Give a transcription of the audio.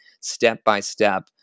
step-by-step